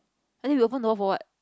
I think we open the door for what